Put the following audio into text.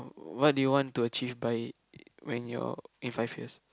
what do you want to achieve by when you're in five years